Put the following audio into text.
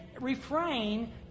refrain